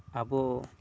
ᱟᱵᱚ